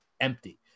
empty